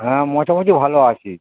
হ্যাঁ মোটামুটি ভালো আছি